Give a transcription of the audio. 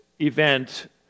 event